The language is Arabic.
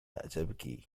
تبكي